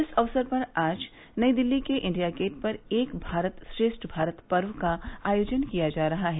इस अवसर पर आज नई दिल्ली के इंडिया गेट पर एक भारत श्रेष्ठ भारत पर्व का आयोजन किया जा रहा है